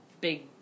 big